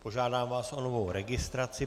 Požádám vás o novou registraci.